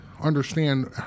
understand